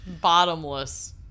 bottomless